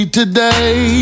today